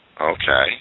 Okay